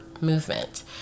movement